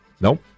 nope